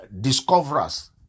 discoverers